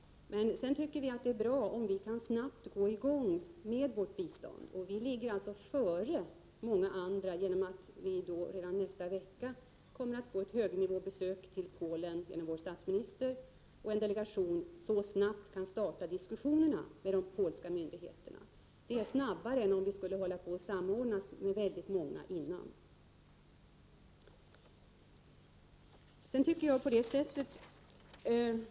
Men vi tycker att det är bra om vi snabbt kan gå i gång med vårt bistånd. Vi ligger alltså före många andra genom att det redan nästa vecka görs ett högnivåbesök i Polen av vår statsminister och en delegation, vilket snabbt kan starta diskussionerna med de polska myndigheterna. Det går snabbare än om vi skulle samordna insatserna med många andra.